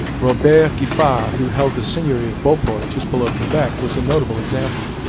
robert giffard, who held the seigneury of beauport just below quebec, was a notable example.